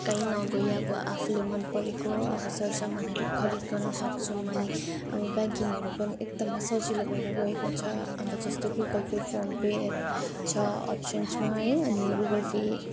कहीँ नगई अब आफूले मन परेको अब सरसामानहरू खरिद गर्न सक्छौँ अनि अब ब्याङ्किङहरू पनि एकदमै सजिलो भएर गएको छ अब जस्तै गुगलपे फोनपेहरू छ अप्सन्समा है अनि गुगलपे